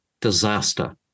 disaster